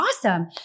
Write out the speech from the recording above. awesome